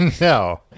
No